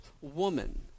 woman